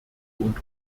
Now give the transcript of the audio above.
und